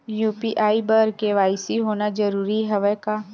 UPI बर KYC होना जरूरी हवय का?